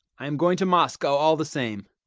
i am going to moscow all the same,